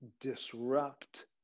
disrupt